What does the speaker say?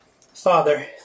Father